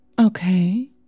Okay